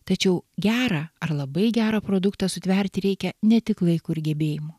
tačiau gerą ar labai gerą produktą sutverti reikia ne tik laiko ir gebėjimų